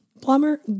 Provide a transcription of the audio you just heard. Plumber